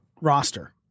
roster